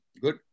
Good